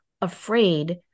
afraid